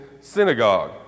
synagogue